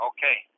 Okay